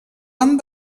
han